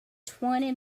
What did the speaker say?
twenty